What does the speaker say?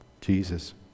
Jesus